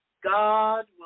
God